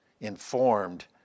informed